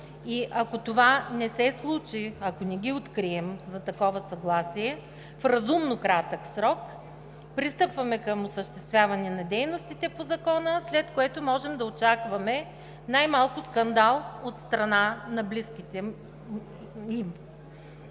Ако това не се случи и ако не ги открием за такова съгласие в разумно кратък срок, пристъпваме към осъществяване на дейности по Закона, след което можем, най-малкото, да очакваме скандал от страна на близките им.